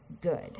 good